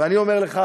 ואני אומר לך,